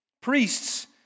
Priests